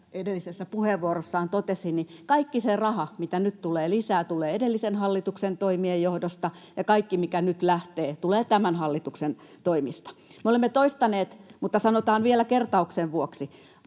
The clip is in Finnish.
edellisessä puheenvuorossaan totesi, kaikki se raha, mitä nyt tulee lisää, tulee edellisen hallituksen toimien johdosta ja kaikki, mikä nyt lähtee, tulee tämän hallituksen toimista. Me olemme toistaneet, mutta sanotaan vielä kertauksen vuoksi,